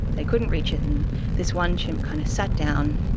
they couldn't reach it, and this one chimp kind of sat down,